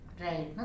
right